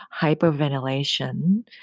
hyperventilation